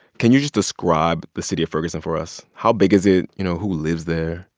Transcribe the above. can you just describe the city of ferguson for us? how big is it? you know, who lives there?